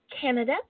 canada